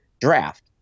Draft